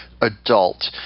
adult